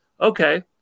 Okay